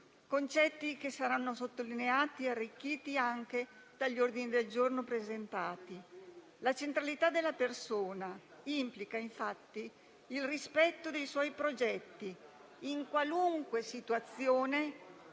questi che saranno sottolineati e arricchiti anche dagli ordini del giorno presentati. La centralità della persona implica il rispetto dei suoi progetti in qualunque situazione